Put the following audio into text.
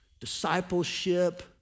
discipleship